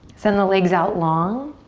send the legs out long.